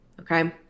Okay